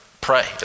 pray